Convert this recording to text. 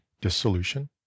dissolution